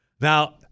now